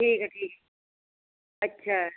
ਠੀਕ ਆ ਠੀਕ ਅੱਛਾ